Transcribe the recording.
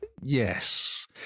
Yes